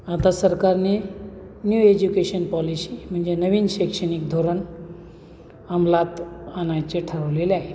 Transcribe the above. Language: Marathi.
आता सरकारने न्यू एज्युकेशन पॉलिशी म्हणजे नवीन शैक्षणिक धोरण अमलात आणायचे ठरवलेले आहे